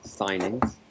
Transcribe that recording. signings